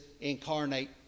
incarnate